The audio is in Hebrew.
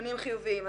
בדיונים חיוביים.